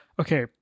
okay